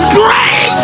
grace